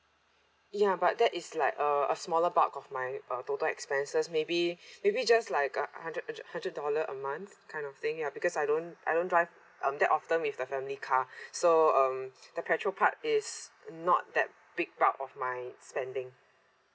ya but that is like uh a smaller bulk of my uh total expenses maybe maybe just like uh hundred hundred dollar a month kind of thing ya because I don't I don't drive um that often with the family car so um the petrol part is not that big bulk of my spending